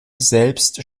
selbst